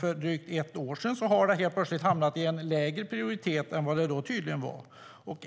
för drygt ett år sedan är det märkligt att frågan nu helt plötsligt har fått lägre prioritet än den hade då.